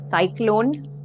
cyclone